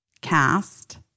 cast